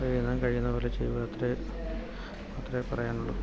കഴിയുന്നതും കഴിയുന്ന പോലെ ചെയ്യുക അത്രയേ അത്രയേ പറയാനുള്ളൂ